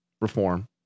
reform